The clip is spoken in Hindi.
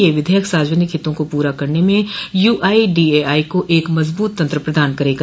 यह विधेयक सार्वजनिक हितों को पूरा करने में यूआईडीएआई को एक मजबूत तंत्र प्रदान करेगा